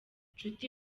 nshuti